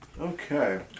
Okay